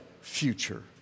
future